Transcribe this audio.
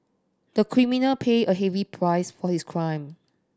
the criminal paid a heavy price for his crime